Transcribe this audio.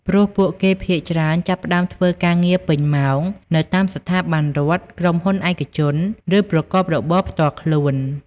ព្រោះពួកគេភាគច្រើនចាប់ផ្តើម ធ្វើការងារពេញម៉ោង នៅតាមស្ថាប័នរដ្ឋ ក្រុមហ៊ុនឯកជន ឬប្រកបរបរផ្ទាល់ខ្លួន។